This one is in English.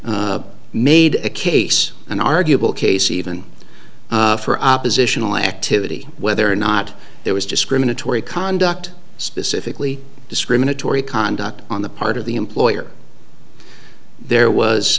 below made a case an arguable case even for oppositional activity whether or not there was discriminatory conduct specifically discriminatory conduct on the part of the employer there was